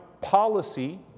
policy